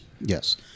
Yes